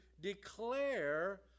declare